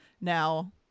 Now